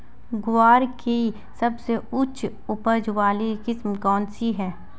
ग्वार की सबसे उच्च उपज वाली किस्म कौनसी है?